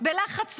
בלחץ צבאי,